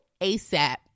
ASAP